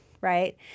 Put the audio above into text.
right